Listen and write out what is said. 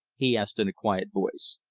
he asked in a quiet voice.